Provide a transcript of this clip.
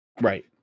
Right